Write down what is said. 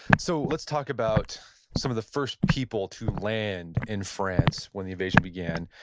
so let's talk about some of the first people to land in france when the invasion began.